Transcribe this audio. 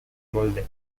molde